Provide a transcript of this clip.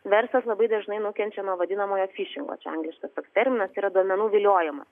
verslas labai dažnai nukenčia nuo vadinamojo fišingo čia angliškas terminas yra duomenų viliojimas